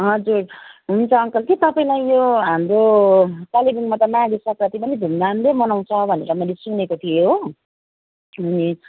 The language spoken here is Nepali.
हजुर हुन्छ अङ्कल कि तपाईँलाई यो हाम्रो कालेबुङमा त माघे सङ्क्रान्ति पनि धुमधामले मनाउँछ भनेर मैले सुनेको थिएँ हो ए